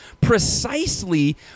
precisely